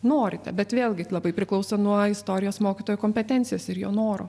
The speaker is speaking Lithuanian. norite bet vėlgi labai priklauso nuo istorijos mokytojų kompetencijas ir jo norų